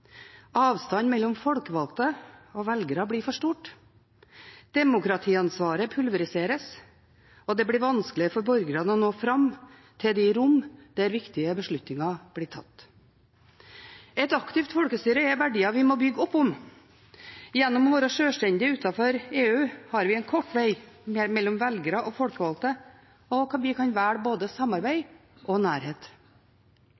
Avstanden mellom folkevalgte og velgere blir for stor. Demokratiansvaret pulveriseres. Det blir vanskeligere for borgerne å nå fram til de rom der viktige beslutninger blir tatt. Et aktivt folkestyre er en verdi vi må bygge opp om. Gjennom å være sjølstendig utenfor EU har vi en kort vei mellom velgere og folkevalgte, og vi kan velge både samarbeid